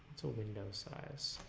so windows is